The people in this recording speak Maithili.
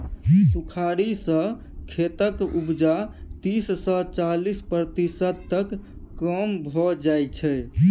सुखाड़ि सँ खेतक उपजा तीस सँ चालीस प्रतिशत तक कम भए जाइ छै